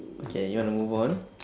okay you want to move on